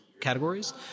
categories